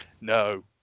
No